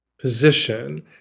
position